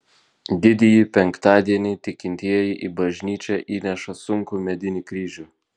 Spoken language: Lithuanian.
didįjį penktadienį tikintieji į bažnyčią įnešą sunkų medinį kryžių